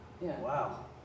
Wow